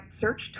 search